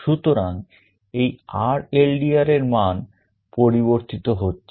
সুতরাং এই RLDR এর মান পরিবর্তিত হচ্ছে